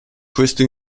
questo